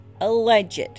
alleged